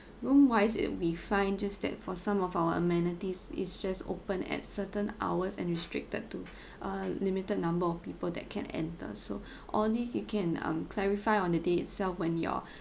room wise it will be fine just that for some of our amenities it's just open at certain hours and restricted to uh limited number of people that can enter so all these you can um clarify on the day itself when your